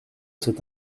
cet